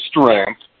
strength